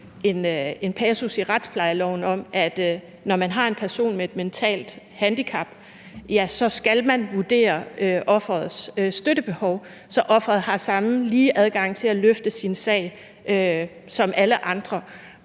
en passus i retsplejeloven om, at når man har en person med et mentalt handicap, ja, så skal man vurdere offerets støttebehov, så offeret har samme lige adgang til at løfte sin sag som alle andre.